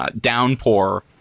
downpour